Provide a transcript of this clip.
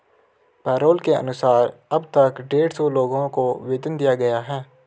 payroll के अनुसार अब तक डेढ़ सौ लोगों को वेतन दिया गया है